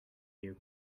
you